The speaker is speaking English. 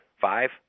Five